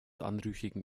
anrüchigen